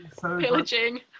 pillaging